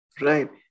Right